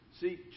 See